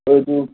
ꯍꯣꯏ ꯑꯗꯨ